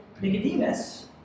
Nicodemus